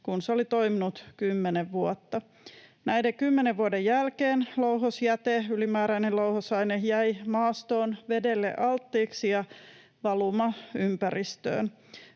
kun se oli toiminut 10 vuotta. Näiden 10 vuoden jälkeen louhosjäte, ylimääräinen louhosaine, jäi maastoon vedelle alttiiksi ja valuma ympäristöön,